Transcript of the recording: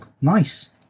nice